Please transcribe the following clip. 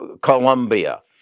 Colombia